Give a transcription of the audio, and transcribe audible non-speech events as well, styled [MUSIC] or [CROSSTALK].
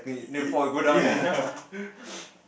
y~ ya [LAUGHS] [NOISE]